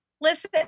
listen